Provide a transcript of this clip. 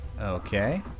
Okay